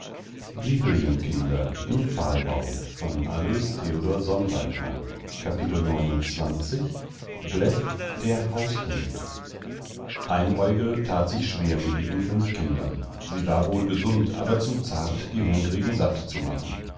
bläff der haushund einäugel tat sich schwer mit ihren fünf kindern sie war wohl gesund aber zu zart die hungrigen satt zu machen